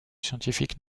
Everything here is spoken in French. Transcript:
scientifique